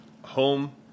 home